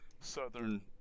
Southern